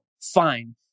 Fine